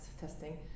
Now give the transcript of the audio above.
testing